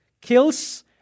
kills